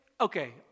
okay